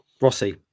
Rossi